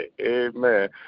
Amen